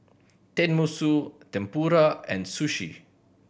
Tenmusu Tempura and Sushi